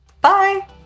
Bye